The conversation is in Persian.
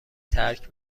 ترک